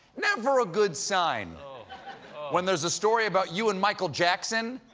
never a good sign when there's a story about you and michael jackson,